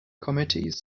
committees